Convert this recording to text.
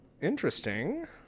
Interesting